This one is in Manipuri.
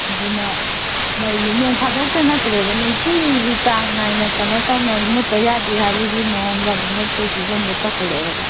ꯑꯗꯨꯅ ꯃꯩꯁꯦ ꯅꯣꯡꯐꯥꯗꯣꯛꯇ ꯅꯠꯇ꯭ꯔꯦꯕ ꯅꯨꯡꯇꯤꯒꯤ ꯆꯥꯡꯅꯥꯏꯅ ꯀꯩꯅꯣ ꯇꯧꯅ ꯃꯨꯠꯇ ꯌꯥꯗꯦ ꯍꯥꯏꯕꯒꯤ ꯃꯑꯣꯡꯗ ꯑꯗꯨꯝ ꯃꯨꯠꯄꯒꯤ ꯐꯤꯕꯝꯗ ꯇꯧꯈꯠꯂꯛꯑꯦꯕ